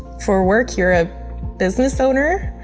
for work, you're a business owner.